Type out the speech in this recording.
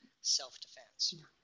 self-defense